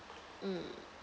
mm